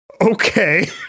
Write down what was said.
Okay